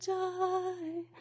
die